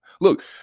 Look